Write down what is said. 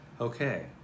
Okay